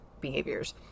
behaviors